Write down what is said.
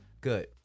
Good